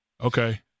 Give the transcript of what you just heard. Okay